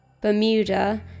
Bermuda